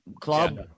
Club